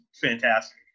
fantastic